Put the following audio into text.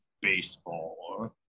baseball